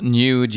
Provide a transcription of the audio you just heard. new